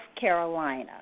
Carolina